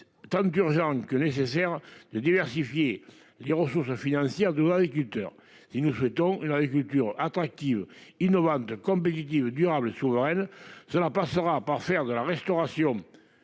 d'urgent que nécessaire de diversifier les ressources financières de agriculteur si nous souhaitons une agriculture attractive innovantes comme Benguigui durable sur. Cela passera par faire de la restauration.